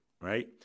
right